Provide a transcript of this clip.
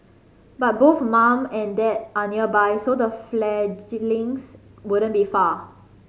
but both mum and dad are nearby so the fledglings wouldn't be far